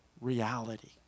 reality